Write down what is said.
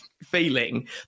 feeling